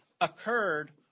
occurred